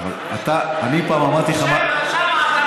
את זה אף פעם לא שמעתי,